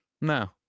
no